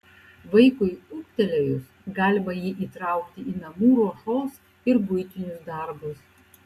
vaikui ūgtelėjus galima jį įtraukti į namų ruošos ir buitinius darbus